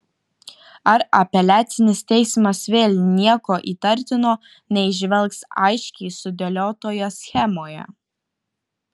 ar apeliacinis teismas vėl nieko įtartino neįžvelgs aiškiai sudėliotoje schemoje